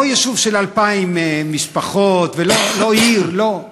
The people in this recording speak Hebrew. לא יישוב של 2,000 משפחות, לא עיר, לא.